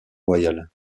royal